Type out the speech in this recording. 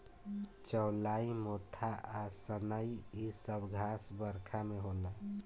चौलाई मोथा आ सनइ इ सब घास बरखा में होला